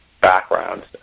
backgrounds